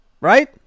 right